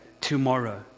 tomorrow